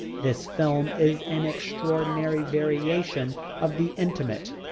this film is an extraordinary variation of the intimate,